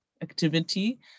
activity